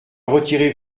retirez